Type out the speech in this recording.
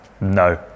No